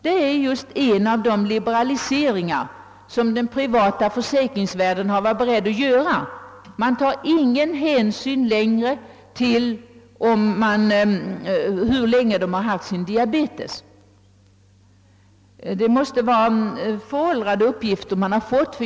Det är just en av de liberaliseringar som den privata försäkringsvärlden varit beredd att göra: man tar inte längre hänsyn till hur länge försäkringstagarna haft diabetes. Statsrådet måste ha fått föråldrade uppgifter.